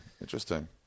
Interesting